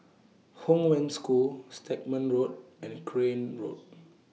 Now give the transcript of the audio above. Hong Wen School Stagmont Road and Crane Road